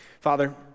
Father